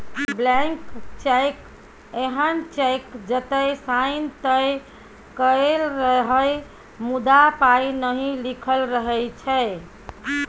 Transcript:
blank cheque एहन cheque जतय sign तए कएल रहय मुदा पाइ नहि लिखल रहै छै